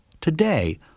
Today